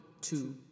two